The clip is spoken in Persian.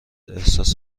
احساس